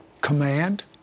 Command